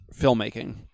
filmmaking